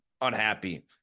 unhappy